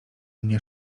mnie